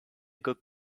cook